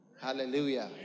Hallelujah